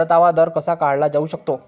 परतावा दर कसा काढला जाऊ शकतो?